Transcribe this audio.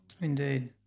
Indeed